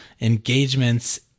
engagements